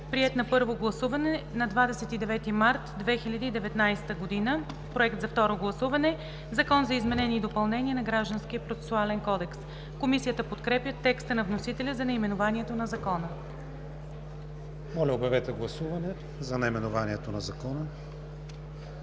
приет на първо гласуване на 29 март 2019 г. – проект за второ гласуване. „Закон за изменение и допълнение на Гражданския процесуален кодекс“.“ Комисията подкрепя текста на вносителя за наименованието на Закона. ПРЕДСЕДАТЕЛ КРИСТИАН ВИГЕНИН: Моля, обявете гласуване за наименованието на Закона.